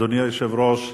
אדוני היושב-ראש,